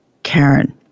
Karen